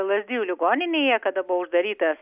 lazdijų ligoninėje kada buvo uždarytas